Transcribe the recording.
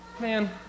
Man